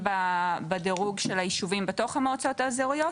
בדרוג של הישובים בתוך המועצות האזוריות,